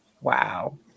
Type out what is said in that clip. wow